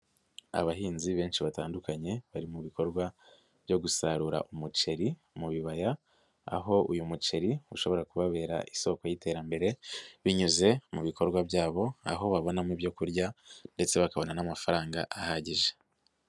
Abahinzi benshi batandukanye bari mu bikorwa byo gusarura umuceri mu bibaya, aho uyu muceri ushobora kubabera isoko y'iterambere binyuze mu bikorwa byabo, aho babona mu ibyo kurya ndetse bakabona n'amafaranga ahagije.